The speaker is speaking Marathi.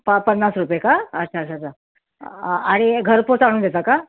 पा पन्नास रुपये का अच्छा अच्छा अच्छा आणि घरपोच आणून देता का